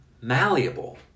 malleable